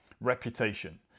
reputation